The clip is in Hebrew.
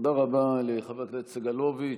תודה רבה לחבר הכנסת סגלוביץ'.